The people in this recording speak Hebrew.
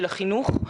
של החינוך,